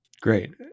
Great